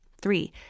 Three